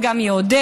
זה גם יעודד,